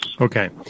Okay